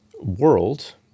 world